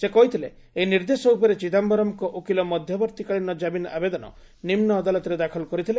ସେ କହିଥିଲେ ଏହି ନିର୍ଦ୍ଦେଶ ଉପରେ ଚିଦାୟରମ୍ଙ୍କ ଓକିଲ ମଧ୍ୟବର୍ତ୍ତୀକାଳୀନ କାମିନ୍ ଆବେଦନ ନିମୁ ଅଦାଲତରେ ଦାଖଲ କରିଥିଲେ